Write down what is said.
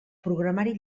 programari